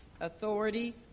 authority